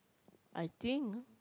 I think